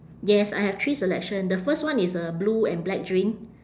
yes I have three selection the first one is a blue and black drink